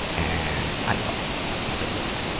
and, i like how they look.